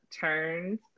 turns